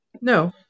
No